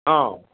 हँ